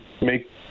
make